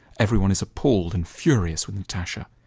everyone is appalled and furious with tasha.